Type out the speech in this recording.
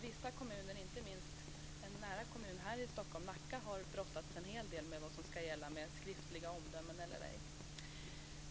Inte minst en kommun nära Stockholm, Nacka, har brottats en hel del med vad som ska gälla beträffande skriftliga omdömen eller ej.